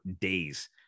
days